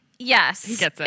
Yes